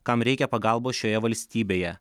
kam reikia pagalbos šioje valstybėje